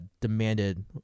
demanded